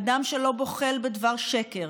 אדם שלא בוחל בדבר שקר,